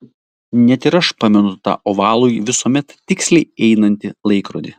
net ir aš pamenu tą ovalųjį visuomet tiksliai einantį laikrodį